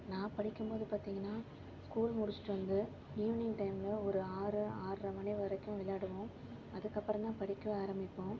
நான் படிக்கும் போது பார்த்திங்கன்னா ஸ்கூல் முடிச்சிட்டு வந்து ஈவினிங் டைமில் ஒரு ஆறு ஆறரை மணி வரைக்கும் விளையாடுவோம் அதுக்கு அப்புறம் தான் படிக்கவே ஆரம்மிப்போம்